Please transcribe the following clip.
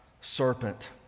serpent